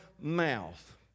mouth